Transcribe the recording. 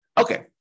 Okay